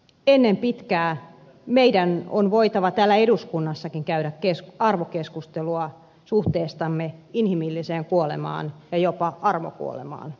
ennen pitkää meidän on voitava täällä eduskunnassakin käydä arvokeskustelua suhteestamme inhimilliseen kuolemaan ja jopa armokuolemaan